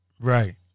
Right